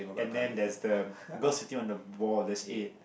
and then there's the girl sitting on the ball that's eight